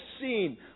seen